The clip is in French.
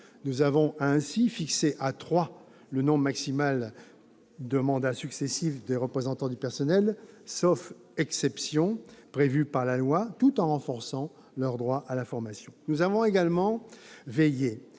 Nous avons ainsi fixé à trois le nombre maximal de mandats successifs des représentants du personnel, sauf exceptions prévues par la loi, tout en renforçant leurs droits à la formation. Nous avons également veillé